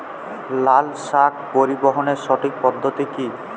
লালশাক পরিবহনের সঠিক পদ্ধতি কি?